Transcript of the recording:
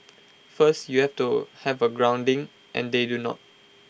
first you have to have A grounding and they do not